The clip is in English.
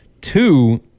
two